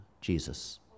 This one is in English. Jesus